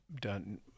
done